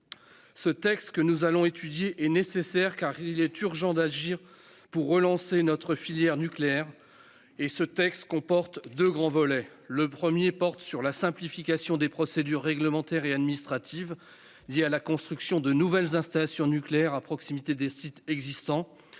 Ce texte est nécessaire, car il est urgent d'agir pour remettre en marche notre filière nucléaire. Il comporte deux grands volets. Le premier volet porte sur la simplification des procédures réglementaires et administratives liées à la construction de nouvelles installations nucléaires à proximité de sites existants